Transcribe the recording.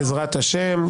בעזרת השם,